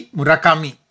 Murakami